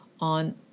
on